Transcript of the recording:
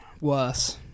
Worse